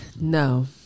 No